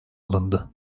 alındı